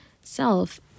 self